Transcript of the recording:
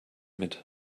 mit